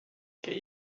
can